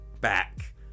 back